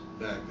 back